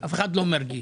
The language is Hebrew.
אף אחד לא מרגיש,